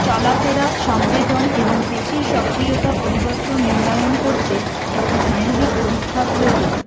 চলাফেরা সংবেদন এবং পেশির সক্রিয়তা পরিবর্তন মূল্য়ায়ন করতে একটি স্নায়বিক পরীক্ষার প্রয়োজন